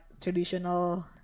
traditional